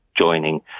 joining